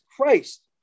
Christ